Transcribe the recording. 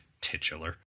titular